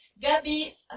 Gabby